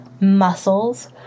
muscles